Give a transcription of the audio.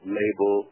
label